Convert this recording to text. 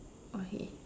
okay